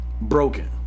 broken